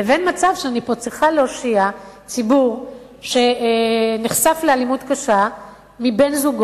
לבין מצב שאני צריכה להושיע ציבור שנחשף לאלימות קשה מבן-זוגו.